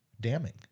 damning